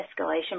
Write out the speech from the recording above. escalation